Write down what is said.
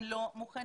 הם לא מוכנים